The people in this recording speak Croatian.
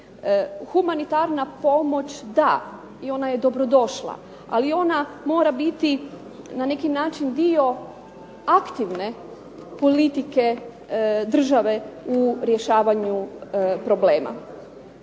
Humanitarna pomoć da i ona je dobrodošla, ali ona mora biti na neki način dio aktivne politike države u rješavanju problema.